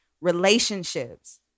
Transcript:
Relationships